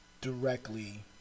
directly